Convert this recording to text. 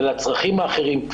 לצרכים האחרים.